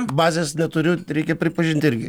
bazės neturiu reikia pripažinti irgi